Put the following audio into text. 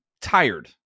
tired